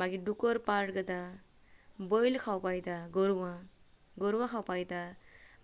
मागीर डुकोर करता बैल खावपा येता गोरवां गोरवां खावपा येता